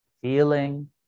feeling